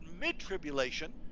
mid-tribulation